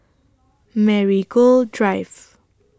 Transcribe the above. Marigold Drive